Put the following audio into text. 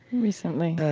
recently,